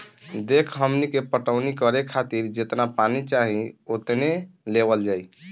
देखऽ हमनी के पटवनी करे खातिर जेतना पानी चाही ओतने लेवल जाई